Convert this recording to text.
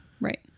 Right